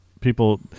people